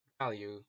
value